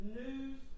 news